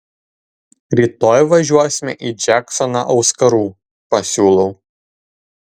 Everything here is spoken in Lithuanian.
rytoj važiuosime į džeksoną auskarų pasiūlau